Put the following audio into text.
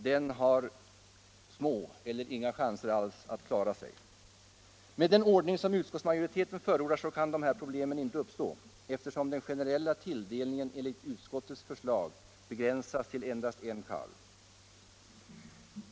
Den har små eller inga chanser att klara sig. Med den ordning som utskottsmajoritetea förordar kan dessa problem inte uppstå, eftersom den generella tilldelningen enligt utskottets förslag begränsas till endast en kalv.